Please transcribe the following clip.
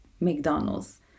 McDonald's